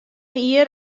jier